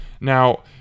Now